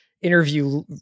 interview